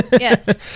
Yes